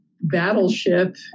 battleship